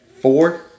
four